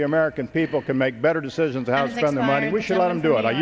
the american people can make better decisions outside on the money we should let them do it i